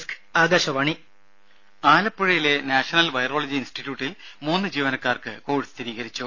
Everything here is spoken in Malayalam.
രുമ ആലപ്പുഴയിലെ നാഷണൽ വൈറോളജി ഇൻസ്റ്റിറ്റ്യൂട്ടിൽ മൂന്ന് ജീവനക്കാർക്ക് കോവിഡ് സ്ഥിരീകരിച്ചു